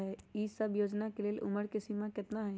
ई सब योजना के लेल उमर के सीमा केतना हई?